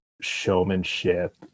showmanship